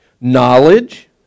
Knowledge